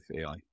AI